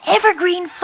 Evergreen